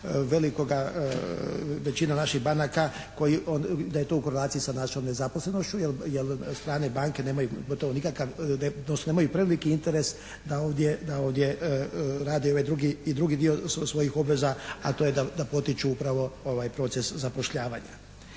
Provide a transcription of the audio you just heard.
velikoga, većina naših banaka da je to u korelaciji sa našom nezaposlenošću jel' strane banke nemaju gotovo nikakav, odnosno nemaju preveliki interes da ovdje rade i ovaj drugi dio svojih obveza a to je da potiču upravo ovaj proces zapošljavanja.